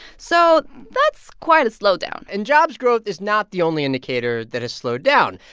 so that's quite a slowdown and jobs growth is not the only indicator that has slowed down.